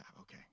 okay